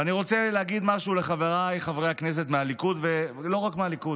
ואני רוצה להגיד משהו לחבריי חברי הכנסת מהליכוד ולא רק מהליכוד,